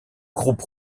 groupe